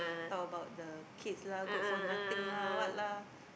talk about the kids lah good for nothing lah what lah